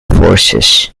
forces